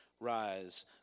Rise